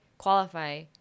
qualify